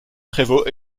prévôt